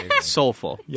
Soulful